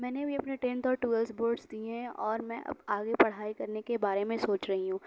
میں نے بھی اپنے ٹینتھ اور ٹوئیلتھ بورڈس دیئے ہیں اور میں اب آگے پڑھائی کرنے کے بارے میں سوچ رہی ہوں